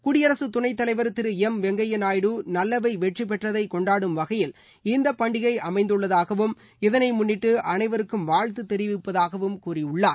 குடியரசுத் துணைத் தலைவர் திரு வெங்கையா நாயுடு நல்லவை வெற்றி பெற்றதை கொண்டாடும் வகையில் இந்த பண்டிகை அமைந்துள்ளதாகவும் இதனை முள்ளிட்டு அனைவருக்கும் வாழ்த்து தெரிவிப்பதாகவும் கூறியுள்ளார்